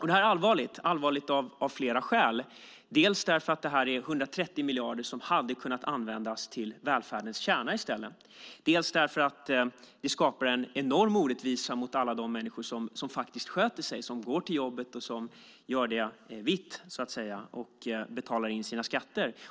Det här är allvarligt av flera skäl, dels därför att det är 130 miljarder som hade kunnat användas till välfärdens kärna i stället, dels därför att det skapar en enorm orättvisa mot alla de människor som sköter sig, går till jobbet, gör det vitt och betalar in sina skatter.